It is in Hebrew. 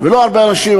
לא הרבה אנשים.